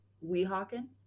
Weehawken